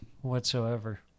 Whatsoever